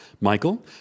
Michael